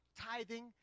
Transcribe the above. tithing